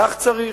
כך צריך.